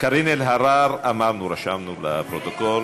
קארין אלהרר, אמרנו ורשמנו לפרוטוקול.